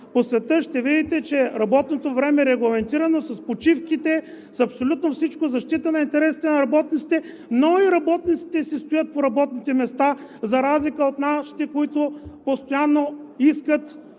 по света, ще видите, че работното време е регламентирано, с почивките, с абсолютно всичко, защита на интересите на работниците, но и работниците си стоят по работните места, за разлика от нашите, които постоянно искат